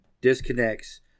disconnects